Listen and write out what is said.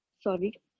Sorry